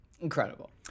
Incredible